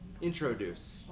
Introduce